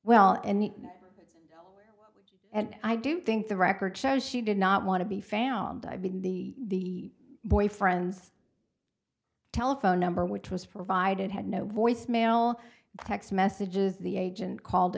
well and i do think the record shows she did not want to be found i've been the boyfriend's telephone number which was provided had no voicemail text messages the agent called